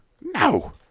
No